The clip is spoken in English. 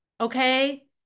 Okay